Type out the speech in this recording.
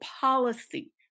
policy